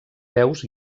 peus